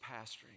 pastoring